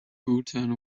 bhutan